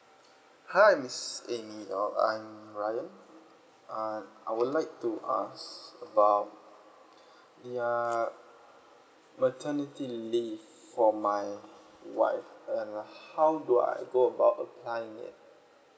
hi miss A M Y uh I'm R Y A N uh I would like to ask about ya maternity leave for my wife uh how do I go about applying it